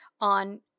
on